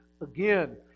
again